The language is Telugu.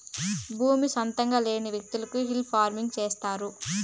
భూమి సొంతంగా లేని వ్యకులు హిల్ ఫార్మింగ్ చేస్తారు